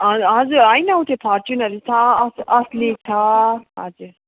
हजुर हजुर होइन ऊ त्यो फर्चुनहरू छ अस असली छ हजुर